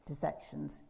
dissections